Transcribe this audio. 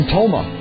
Toma